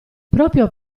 proprio